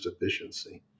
efficiency